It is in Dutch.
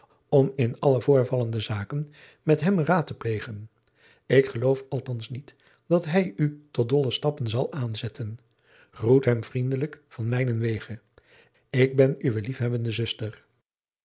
om in alle voorvallende zaken met hem raad te plegen ik geloof althans niet dat hij u tot dolle stappen zal aanzetten groet hem vriendelijk van mijnenwege ik ben uwe liefhebbende zuster